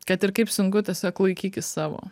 kad ir kaip sunku tiesiog laikykis savo